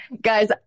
guys